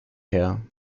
her